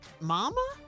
mama